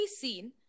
seen